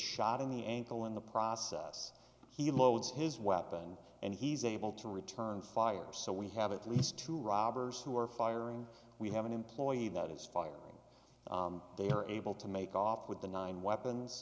shot in the ankle in the process he loads his weapon and he's able to return fire so we have at least two robbers who are firing we have an employee that is firing they are able to make off with the nine weapons